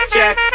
Check